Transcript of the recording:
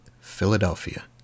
Philadelphia